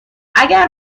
اگر